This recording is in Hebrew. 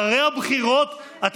אחרי הבחירות?